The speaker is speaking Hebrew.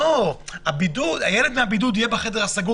לא, הילד שבבידוד יהיה בחדר סגור.